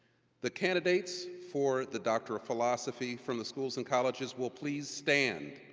the candidates for the doctor of philosophy from the schools and colleges will please stand.